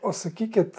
o sakykit